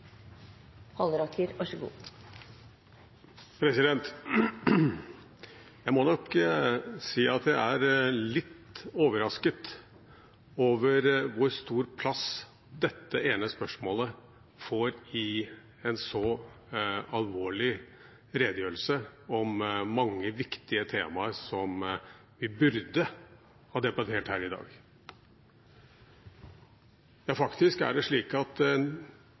litt overrasket over hvor stor plass dette ene spørsmålet får i en så alvorlig redegjørelse om mange viktige temaer som vi burde ha debattert her i dag. Ja, faktisk er det slik at